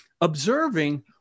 observing